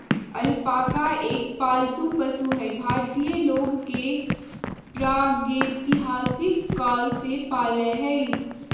alpaca एक पालतू पशु हई भारतीय लोग प्रागेतिहासिक काल से पालय हई